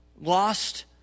lost